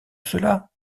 cela